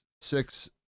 six